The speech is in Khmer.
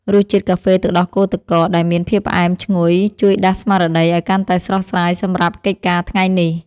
រសជាតិកាហ្វេទឹកដោះគោទឹកកកដែលមានភាពផ្អែមឈ្ងុយជួយដាស់ស្មារតីឱ្យកាន់តែស្រស់ស្រាយសម្រាប់កិច្ចការថ្ងៃនេះ។